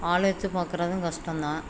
ஆள் வெச்சு பார்க்குறதும் கஷ்டந்தான்